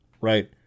Right